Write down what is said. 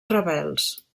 rebels